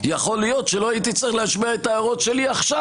יכול להיות שלא הייתי צריך להשמיע את ההערות שלי עכשיו.